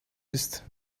ist